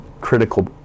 critical